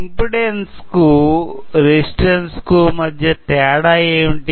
impedance కు resistance కు మధ్య తేడా ఏమిటి